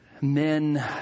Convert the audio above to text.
men